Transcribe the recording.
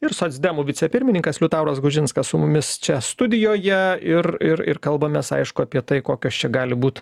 ir socdemų vicepirmininkas liutauras gudžinskas su mumis čia studijoje ir ir ir kalbamės aišku apie tai kokios čia gali būt